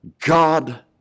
God